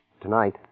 tonight